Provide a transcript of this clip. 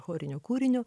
chorinio kūrinio